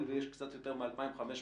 ויש קצת יותר מ-2,500